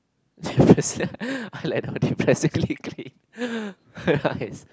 depressing I like how depressively clean nice